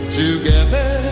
together